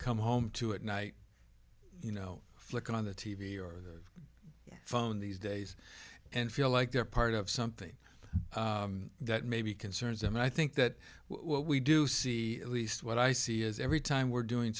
come home to at night you know flick on the t v or yeah phone these days and feel like they're part of something that maybe concerns and i think that what we do see at least what i see is every time we're doing